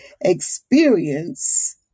experience